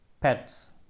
pets